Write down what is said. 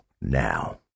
now